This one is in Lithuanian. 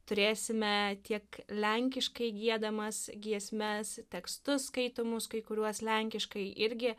turėsime tiek lenkiškai giedamas giesmes tekstus skaitomus kai kuriuos lenkiškai irgi